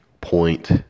point